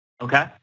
Okay